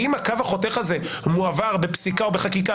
האם הקו החותך הזה מועבר בפסיקה או בחקיקה,